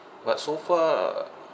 but so far